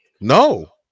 No